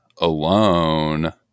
alone